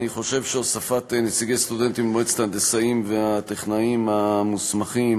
אני חושב שהוספת נציגי סטודנטים למועצת ההנדסאים והטכנאים המוסמכים